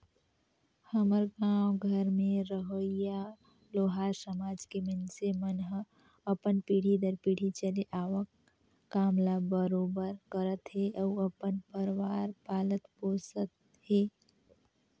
हमर गाँव घर में रहोइया लोहार समाज के मइनसे मन ह अपन पीढ़ी दर पीढ़ी चले आवक काम ल बरोबर करत हे अउ अपन परवार पालत पोसत हे